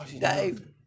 Dave